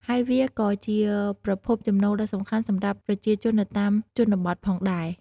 ហើយវាក៏ជាប្រភពចំណូលដ៏សំខាន់សម្រាប់ប្រជាជននៅតាមជនបទផងដែរ។